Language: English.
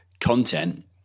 content